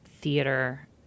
theater